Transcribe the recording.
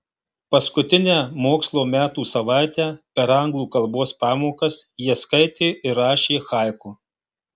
paskutinę mokslo metų savaitę per anglų kalbos pamokas jie skaitė ir rašė haiku